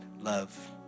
love